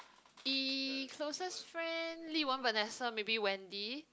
!ee! closest friend Li-wen Vanessa maybe Wendy